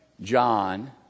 John